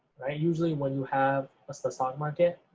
right? usually when you have a so stock market,